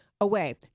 away